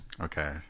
Okay